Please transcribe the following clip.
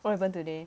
what happen today